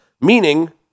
meaning